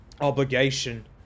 obligation